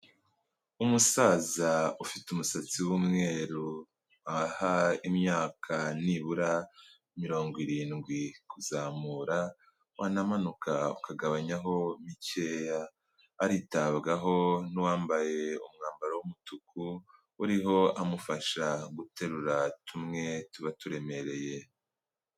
Umusaza ufite umusatsi w'umweru waha imyaka nibura mirongo irindwi kuzamura, wanamanuka ukagabanyaho mikeya, aritabwaho n'uwambaye umwambaro w'umutuku, uriho amufasha guterura tumwe tuba turemereye.